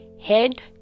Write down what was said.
head